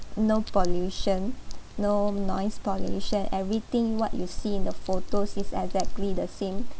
no pollution no noise pollution everything what you see in the photos is exactly the same